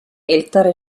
ältere